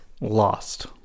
Lost